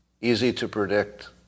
easy-to-predict